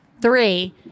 three